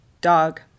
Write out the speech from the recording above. dog